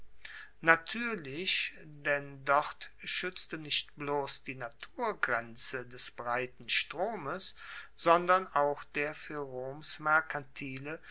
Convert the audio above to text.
natuerlich denn dort schuetzte nicht bloss die naturgrenze des breiten stromes sondern auch der fuer roms